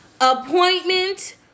appointment